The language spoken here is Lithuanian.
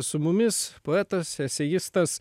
su mumis poetas eseistas